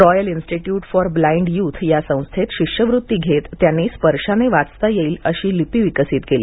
royal Institute for Blind Youth या संस्थेत शिष्यवृत्ती घेत त्यांनी स्पर्शाने वाचता येईल अशी लिपी विकसीत केली